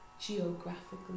geographically